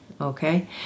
Okay